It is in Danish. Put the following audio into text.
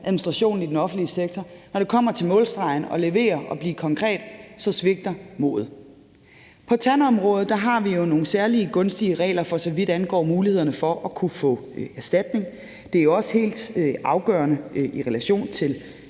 administrationen i den offentlige sektor, men når man kommer til målstregen og man skal levere og blive konkret, svigter modet. På tandområdet har vi jo nogle særlig gunstige regler, for så vidt angår muligheden for at kunne få erstatning. Det er også helt afgørende i relation til